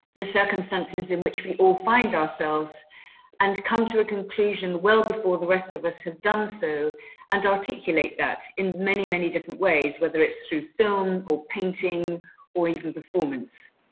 the circumstances in which we all find ourselves and come to a conclusion well before the rest of us had done so and articulate that in many, many different ways, whether it's through film or painting or even performance,